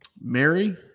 Mary